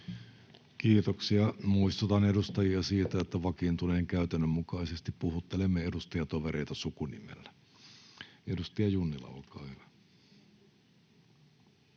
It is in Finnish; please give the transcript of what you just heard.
Kiitoksia. — Muistutan edustajia siitä, että vakiintuneen käytännön mukaisesti puhuttelemme edustajatovereita sukunimellä. — Edustaja Junnila, olkaa hyvä.